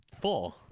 four